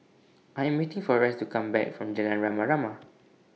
I Am waiting For Rice to Come Back from Jalan Rama Rama